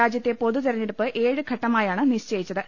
രാജ്യത്തെ പൊതുതെരഞ്ഞെടുപ്പ് ഏഴ് ഘട്ട മായാണ് നിശ്ചയിച്ചത്